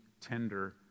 tender